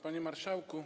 Panie Marszałku!